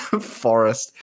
forest